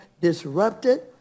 disrupted